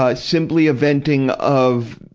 ah simply a venting of,